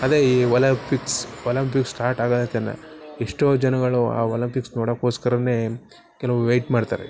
ಅದೇ ಈ Olympics Olympics start ಆಗೋದಕ್ಕಿಂತ ಎಷ್ಟೋ ಜನಗಳು ಆ ಒಲಂಪಿಕ್ಸ್ ನೋಡೋಕ್ಕೋಸ್ಕರನೇ ಕೆಲವರು ವೇಯ್ಟ್ ಮಾಡ್ತಾರೆ